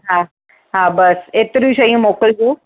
हा हा बसि ऐतिरियूं शयूं मोकिलिजो